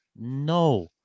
No